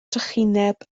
trychineb